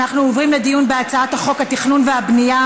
אנחנו עוברים לדיון בהצעת חוק התכנון והבנייה